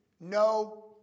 no